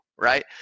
Right